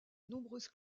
nombreuses